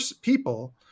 people